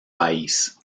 país